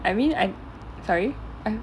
I mean I'm sorry I